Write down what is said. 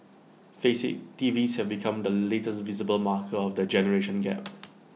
face IT TVs have become the latest visible marker of the generation gap